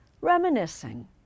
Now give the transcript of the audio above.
reminiscing